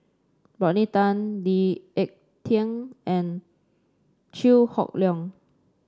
Rodney Tan Lee Ek Tieng and Chew Hock Leong